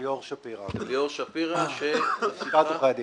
ליאור שפירא, לשכת עורכי הדין.